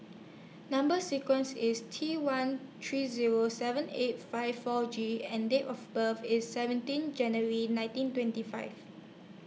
Number sequence IS T one three Zero seven eight five four G and Date of birth IS seventeen January nineteen twenty five